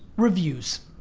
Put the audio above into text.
reviews.